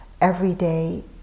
everyday